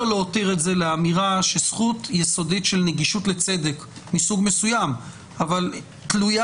אפשר לקחת תקופת היערכות סבירה, אבל היא תהיה